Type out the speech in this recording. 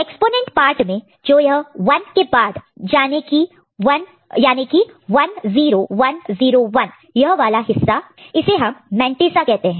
exponent part में और जो यह 1 के बाद है याने की 1 0 1 0 1 यह वाला हिस्सा इसे हम मैंटीसा कहते हैं